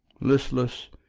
listless,